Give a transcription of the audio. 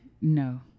No